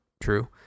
true